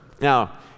Now